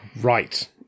Right